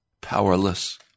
powerless